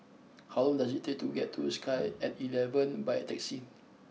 how long does it take to get to Sky at eleven by taxi